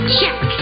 Check